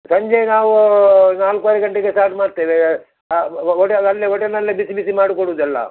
ಸಂಜೆ ನಾವು ನಾಲ್ಕುವರೆ ಗಂಟೆಗೆ ಸ್ಟಾರ್ಟ್ ಮಾಡ್ತೇವೆ ಓಟೆಲ್ ಅಲ್ಲೆ ಓಟೆಲ್ನಲ್ಲೇ ಬಿಸಿ ಬಿಸಿ ಮಾಡಿ ಕೊಡುದು ಎಲ್ಲ